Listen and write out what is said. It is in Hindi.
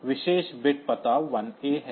यह विशेष बिट पता 1A है